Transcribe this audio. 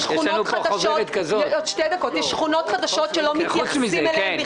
יש שכונות חדשות שלא מתייחסים אליהן בכלל,